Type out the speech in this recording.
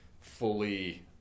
fully